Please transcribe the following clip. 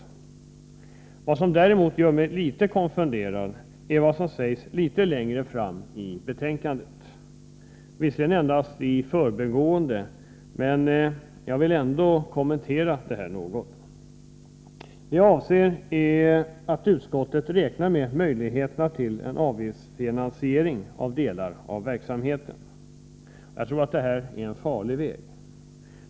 Vad som däremot gör mig något konfunderad är vad som sägs litet längre fram i betänkandet — visserligen endast i förbigående, men jag vill ändå kommentera det något. Det jag avser är att utskottet räknar med möjligheterna till en avgiftsfinansiering av delar av verksamheten. Jag tror att det är en farlig väg.